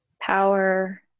power